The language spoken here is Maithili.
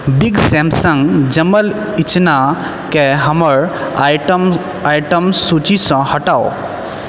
बिग सैमसङ्ग जमल इचना केँ हमर आइटम आइटम सूचीसँ हटाउ